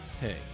Hey